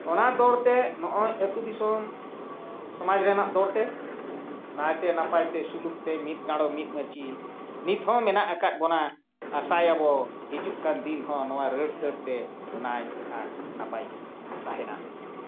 ᱚᱱᱟ ᱫᱚᱲᱛᱮ ᱱᱚᱜᱼᱚᱭ ᱟᱛᱳ ᱫᱤᱥᱚᱢ ᱥᱚᱢᱟᱡᱽ ᱨᱮᱱᱟᱜ ᱫᱚᱲᱛᱮ ᱱᱟᱭᱛᱮ ᱱᱟᱯᱟᱭ ᱛᱮ ᱥᱩᱞᱩᱠ ᱛᱮ ᱢᱤᱫ ᱜᱟᱸᱰᱚ ᱢᱤᱫ ᱢᱟᱹᱪᱤ ᱱᱤᱛ ᱦᱚᱸ ᱢᱮᱱᱟᱜ ᱟᱠᱟᱫ ᱵᱚᱱᱟ ᱟᱥᱟᱭ ᱟᱵᱚ ᱦᱤᱡᱩᱜ ᱠᱟᱱ ᱫᱤᱱ ᱦᱚᱸ ᱱᱚᱣᱟ ᱨᱟᱹᱲ ᱫᱷᱟᱹᱲ ᱛᱮ ᱱᱟᱭ ᱟᱨ ᱱᱟᱯᱟᱭ ᱜᱮᱵᱚ ᱛᱟᱦᱮᱱᱟ